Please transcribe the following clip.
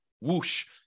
whoosh